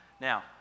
Now